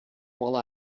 while